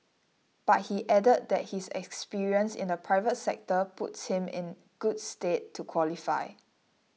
but he added that his experience in the private sector puts him in good stead to qualify